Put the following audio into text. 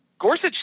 Gorsuch